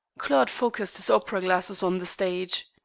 claude focussed his opera-glasses on the stage.